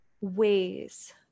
ways